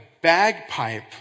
bagpipe